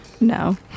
No